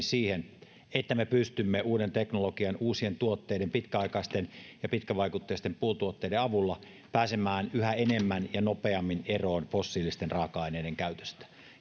siihen että me pystymme uuden teknologian ja uusien pitkäaikaisten ja pitkävaikutteisten puutuotteiden avulla pääsemään yhä enemmän ja nopeammin eroon fossiilisten raaka aineiden käytöstä